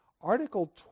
Article